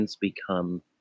become